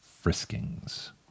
friskings